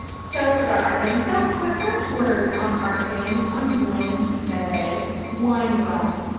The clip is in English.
so forgot art game. so for my first word on art game i'm going to say wineglass